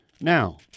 Now